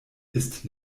ist